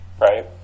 right